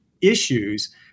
issues